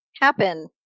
happen